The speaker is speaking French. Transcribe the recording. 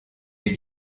est